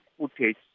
footage